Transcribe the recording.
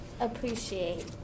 Appreciate